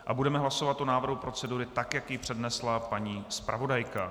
A budeme hlasovat o návrhu procedury, tak jak ji přednesla paní zpravodajka.